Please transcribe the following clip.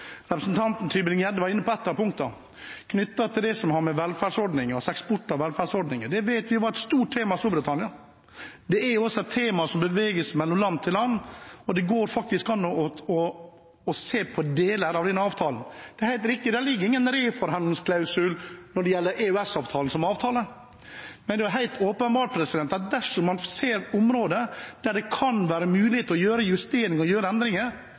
Representanten Tybring-Gjedde var inne på ett av punktene, knyttet til det som har med eksport av velferdsordninger å gjøre. Det vet vi var et stort tema i Storbritannia. Det er også et tema som beveger seg mellom land, og det går an å se på deler av denne avtalen. Det er helt riktig at det ikke er noen reforhandlingsklausul når det gjelder EØS-avtalen som avtale, men det er helt åpenbart at dersom man ser områder hvor det kan være mulighet for å gjøre justeringer og endringer,